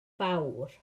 fawr